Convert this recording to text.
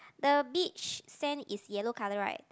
the beach sand is yellow colour right